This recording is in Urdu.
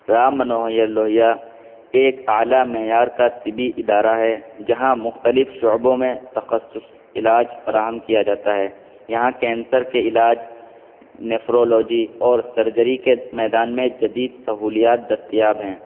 رام منوہر لوہیا ایک اعلیٰ معیار کا طبی ادارہ ہے جہاں مختلف شعبوں میں تخصص علاج فراہم کیا جاتا ہے یہاں کینسر کے علاج نیفرولوجی اور سرجری کے میدان میں جدید سہولیات دستیاب ہیں